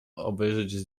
obejrzeć